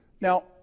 Now